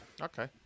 Okay